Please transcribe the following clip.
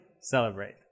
celebrate